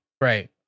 right